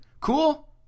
Cool